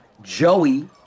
Joey